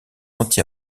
anti